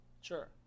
Sure